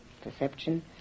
perception